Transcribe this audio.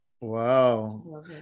wow